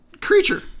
Creature